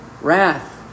wrath